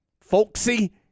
folksy